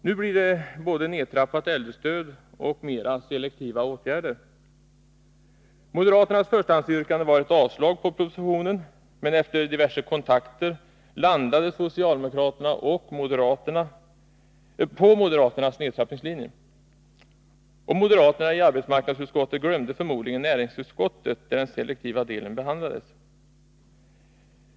Nu blir det både nedtrappat äldrestöd och mera selektiva åtgärder. Moderaternas förstahandsyrkande var ett avslag på propositionen. Men efter diverse kontakter landade socialdemokraterna på moderaternas nedtrappningslinje, och moderaterna i arbetsmarknadsutskottet glömde förmodligen näringsutskottet, där den selektiva delen behandlades.